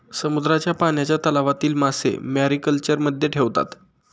समुद्राच्या पाण्याच्या तलावातील मासे मॅरीकल्चरमध्ये ठेवतात